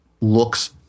looks